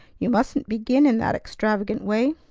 you mustn't begin in that extravagant way!